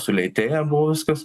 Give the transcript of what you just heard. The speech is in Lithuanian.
sulėtėję buvo viskas